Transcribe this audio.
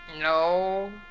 No